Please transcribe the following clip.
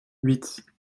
huit